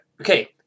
Okay